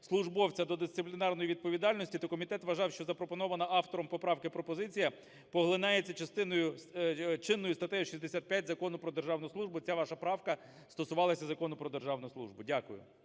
службовця до дисциплінарної відповідальності, то комітет вважав, що запропонована автором поправка і пропозиція поглинається чинною статтею 65 Закону "Про державну службу". І ця ваша правка стосувалася Закону "Про державну службу". Дякую.